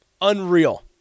Unreal